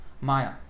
Maya